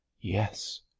Yes